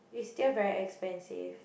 it's still very expensive